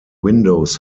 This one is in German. windows